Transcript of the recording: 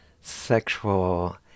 sexual